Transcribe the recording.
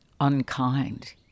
unkind